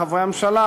חברי הממשלה",